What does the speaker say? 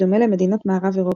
בדומה למדינות מערב אירופה,